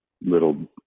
little